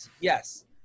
Yes